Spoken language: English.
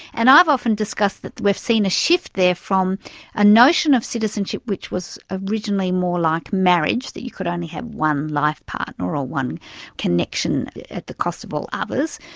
and i've often discussed that we've seen a shift there from a notion of citizenship which was originally more like marriage, that you could only have one life partner or ah one connection at the cost of all others,